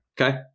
Okay